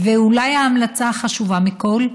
ואולי ההמלצה החשובה מכול,